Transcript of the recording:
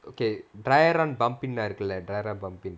okay dry run pumping இருக்குள்ள:irukulla dry run pumping